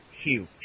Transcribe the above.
huge